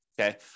okay